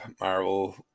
Marvel